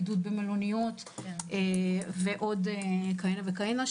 בידוד במלוניות ועוד כהנה וכהנה.